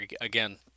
again